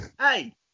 Hey